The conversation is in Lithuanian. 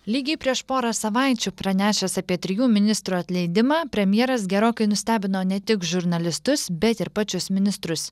lygiai prieš porą savaičių pranešęs apie trijų ministrų atleidimą premjeras gerokai nustebino ne tik žurnalistus bet ir pačius ministrus